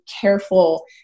careful